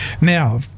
Now